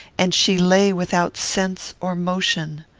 and she lay without sense or motion.